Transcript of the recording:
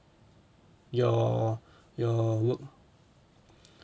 your your work